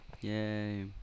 Yay